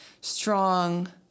strong